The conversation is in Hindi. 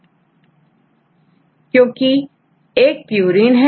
स्टूडेंट क्योंकि एक purine और दूसरा pyrimidine है